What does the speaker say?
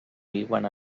viuen